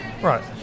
right